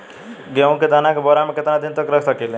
गेहूं के दाना के बोरा में केतना दिन तक रख सकिले?